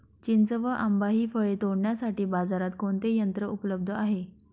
चिंच व आंबा हि फळे तोडण्यासाठी बाजारात कोणते यंत्र उपलब्ध आहे?